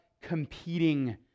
competing